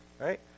Right